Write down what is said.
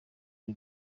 ari